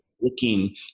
looking